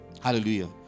Hallelujah